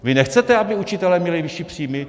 Vy nechcete, aby učitelé měli vyšší příjmy?